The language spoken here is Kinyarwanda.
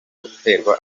guterwa